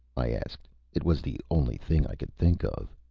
i asked. it was the only thing i could think of.